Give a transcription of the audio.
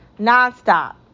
nonstop